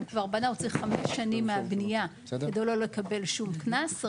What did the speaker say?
אם הוא בנה הוא צריך חמש שנים מהבנייה כדי לא לקבל שום קנס.